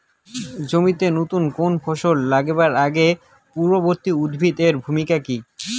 জমিতে নুতন কোনো ফসল লাগানোর আগে পূর্ববর্তী উদ্ভিদ এর ভূমিকা কি?